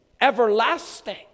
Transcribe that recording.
everlasting